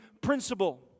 principle